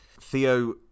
Theo